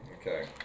Okay